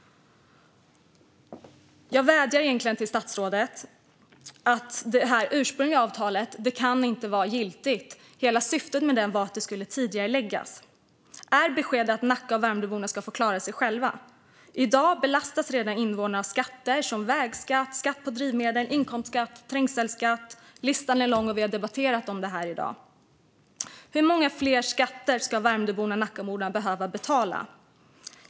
Jag vädjar egentligen till statsrådet. Det ursprungliga avtalet kan inte vara giltigt. Hela syftet med det var att det skulle tidigareläggas. Är beskedet att Nacka och Värmdöborna ska få klara sig själva? I dag belastas invånarna redan av skatter som vägskatt, skatt på drivmedel, inkomstskatt och trängselskatt. Listan är lång, och det har vi debatterat här i dag. Hur många fler skatter ska Värmdöborna och Nackaborna behöva betala?